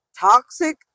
toxic